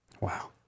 Wow